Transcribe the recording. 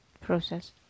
process